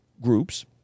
groups